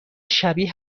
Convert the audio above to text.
شبیه